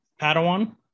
Padawan